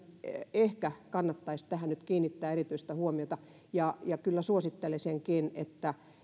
ehkä kannattaisi tähän nyt kiinnittää erityistä huomiota ja ja kyllä suosittelisinkin että